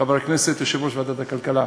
חבר הכנסת, יושב-ראש ועדת הכלכלה.